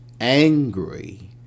angry